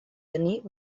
tenir